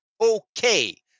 okay